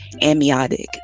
amniotic